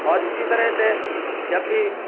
اور اسی طرح سے جب بھی